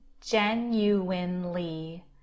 genuinely